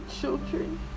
children